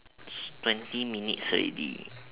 twenty minutes already